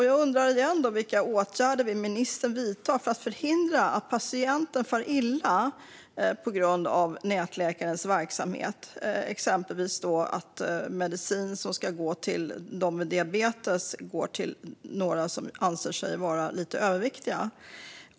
Jag undrar igen vilka åtgärder ministern vill vidta för att förhindra att patienter far illa på grund av nätläkares verksamhet. Det gäller exempelvis att medicin som ska gå till dem som har diabetes i stället går till några som anser sig vara lite överviktiga.